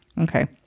okay